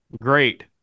great